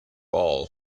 all